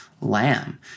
lamb